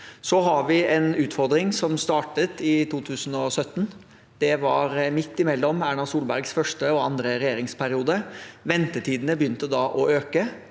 Så har vi en utfordring som startet i 2017. Det var midt mellom Erna Solbergs første og andre regjeringsperiode. Ventetidene begynte da å øke,